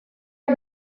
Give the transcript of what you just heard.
era